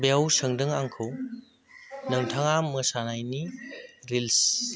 बेयाव सोंदों आंखौ नोंथाङा मोसानायनि रिलस